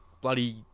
bloody